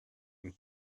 and